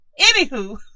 Anywho